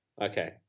Okay